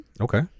Okay